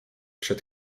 przed